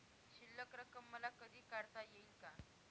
शिल्लक रक्कम मला कधी काढता येईल का?